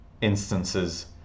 instances